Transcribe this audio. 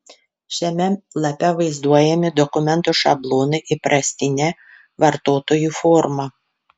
šiame lape vaizduojami dokumentų šablonai įprastine vartotojui forma